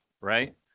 right